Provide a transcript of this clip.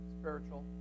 spiritual